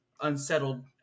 unsettled